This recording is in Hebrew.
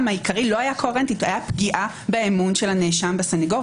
העיקרי לא היה קוהרנטי אלא היה פגיעה באמון של הנאשם בסנגור.